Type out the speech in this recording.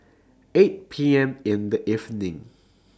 eight P M in The evening